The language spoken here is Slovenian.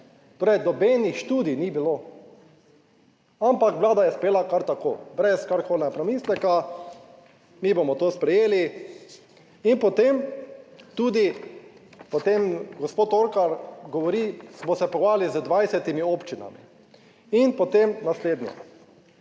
Torej, nobenih študij ni bilo, ampak Vlada je uspela kar tako, brez karkoli premisleka, mi bomo to sprejeli. In potem tudi potem gospod Orkar govori, smo se pogovarjali z 20 občinami. In potem naslednje;